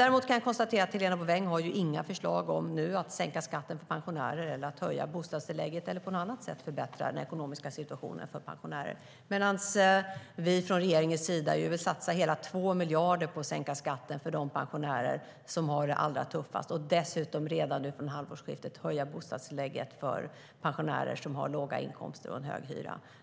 Jag kan konstatera att Helena Bouveng inte har några förslag om att sänka skatten för pensionärer, höja bostadstillägget eller på annat sätt förbättra den ekonomiska situationen för pensionärer. Regeringen däremot vill satsa hela 2 miljarder på att sänka skatten för de pensionärer som har det allra tuffast och dessutom redan från halvårsskiftet höja bostadstillägget för pensionärer som har låg inkomst och hög hyra.